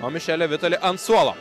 o mišele vitali ant suolo